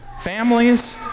Families